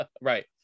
Right